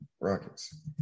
Rockets